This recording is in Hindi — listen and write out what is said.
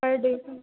कर दीजिए